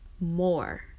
more